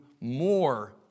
more